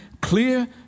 clear